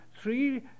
three